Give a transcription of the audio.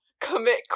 commit